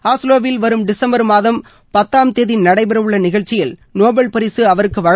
ஆஸ்லோவில் வரும் டிசம்பர் மாதம் பத்தாம் தேதி நடைபெறவுள்ள நிகழ்ச்சியில் நோபல் பரிசு அவருக்கு வழங்கப்படவுள்ளது